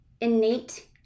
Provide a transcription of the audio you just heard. innate